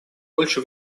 больше